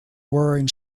wearing